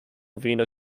vena